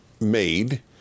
made